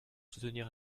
soutenir